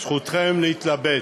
זכותכם להתלבט.